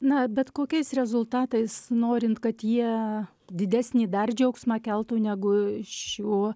na bet kokiais rezultatais norint kad jie didesnį dar džiaugsmą keltų negu šiuo